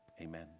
Amen